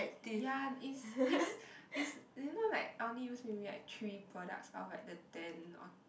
ya it's it's its you know like I only use maybe like three products out of like the ten or